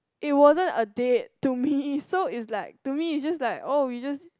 it wasn't a date to me so is like to me it's just like oh it's just